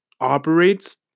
operates